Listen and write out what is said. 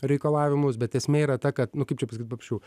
reikalavimus bet esmė yra ta kad nu kaip čia pasakyt paprasčiau